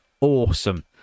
awesome